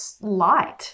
light